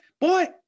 boy